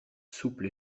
souple